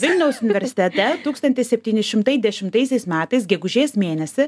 vilniaus universitete tūkstantis septyni šimtai dešimtaisiais metais gegužės mėnesį